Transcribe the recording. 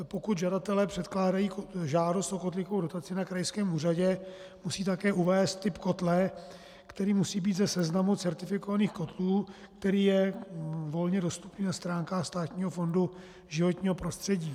Pokud žadatelé předkládají žádost o kotlíkovou dotaci na krajském úřadě, musí také uvést typ kotle, který musí být ze seznamu certifikovaných kotlů, který je volně dostupný na stránkách Státního fondu životního prostředí.